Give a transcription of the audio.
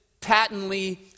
patently